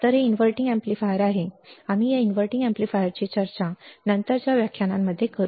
तर हे inverting amplifier आहे आम्ही या इनव्हर्टिंग एम्पलीफायरची चर्चा नंतरच्या व्याख्यानांमध्ये करू बरोबर